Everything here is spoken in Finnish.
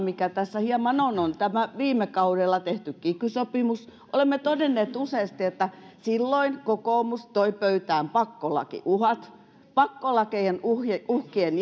mikä tässä hieman on on tämä viime kaudella tehty kiky sopimus olemme todenneet useasti että silloin kokoomus toi pöytään pakkolakiuhat pakkolakiuhkien